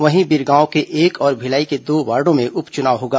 वहीं बिरगांव के एक और भिलाई के दो वार्डो में उप चुनाव होगा